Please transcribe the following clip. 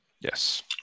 yes